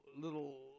little